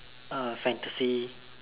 uh fantasy